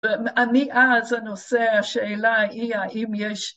‫ואני אז, הנושא, השאלה היא ‫האם יש...